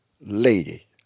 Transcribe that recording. lady